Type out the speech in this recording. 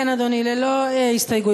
כן, אדוני, ללא הסתייגויות.